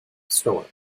store